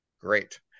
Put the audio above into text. great